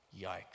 Yikes